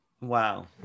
Wow